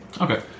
Okay